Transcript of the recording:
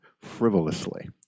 frivolously